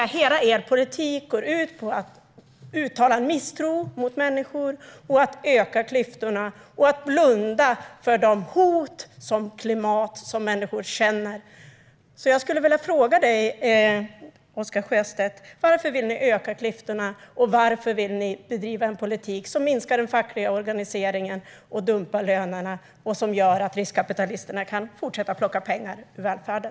Hela er politik går alltså ut på att uttala misstro mot människor, att öka klyftorna och att blunda för de klimathot som människor känner. Jag skulle därför vilja fråga dig följande, Oscar Sjöstedt: Varför vill ni öka klyftorna, och varför vill ni bedriva en politik som minskar den fackliga organiseringen, som dumpar lönerna och som gör att riskkapitalisterna kan fortsätta att plocka pengar ur välfärden?